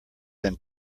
than